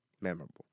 memorable